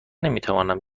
نمیتوانم